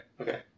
okay